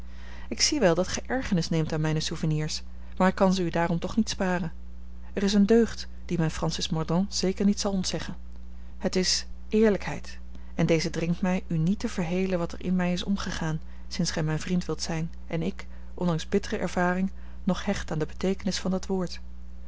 ik zie wel dat gij ergernis neemt aan mijne souvenirs maar ik kan ze u daarom toch niet sparen er is een deugd die men francis mordaunt zeker niet zal ontzeggen het is eerlijkheid en deze dringt mij u niet te verhelen wat er in mij is omgegaan sinds gij mijn vriend wilt zijn en ik ondanks bittere ervaring nog hecht aan de beteekenis van dat woord